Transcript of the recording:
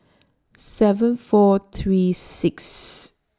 seven four three Sixth